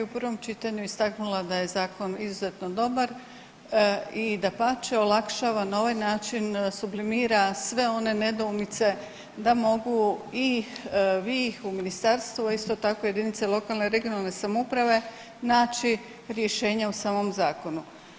prvom čitanju istaknula da je zakon izuzetno dobar i dapače olakšava na ovaj način sublimira sve one nedoumice da mogu i vi ih u ministarstvu, a isto tako i jedinice lokalne i regionalne samouprave naći rješenje u samom zakonu.